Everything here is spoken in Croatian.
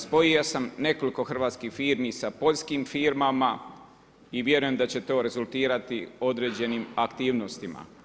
Spojio sam nekoliko hrvatskih firmi sa poljskim firmama i vjerujem da će to rezultirati određenim aktivnostima.